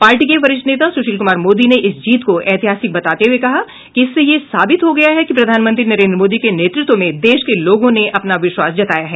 party के वरिष्ठ नेता सुशील कुमार मोदी ने इस जीत को ऐतिहासिक बताते हुए कहा कि इससे यह साबित हो गया है कि प्रधानमंत्री नरेन्द्र मोदी के नेतृत्व में देश के लोगों ने अपना विश्वास जताया है